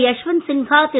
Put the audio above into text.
Yashwant Sinha Thiru